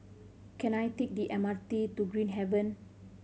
can I take the M R T to Green Haven